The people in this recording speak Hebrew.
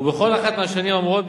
ובכל אחת מהשנים האמורות,